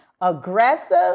aggressive